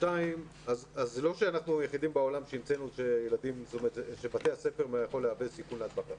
לא שאנחנו היחידים בעולם שהמצאנו שבתי הספר יכולים להוות סיכון להדבקה.